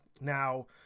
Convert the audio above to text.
Now